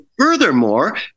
Furthermore